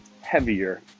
heavier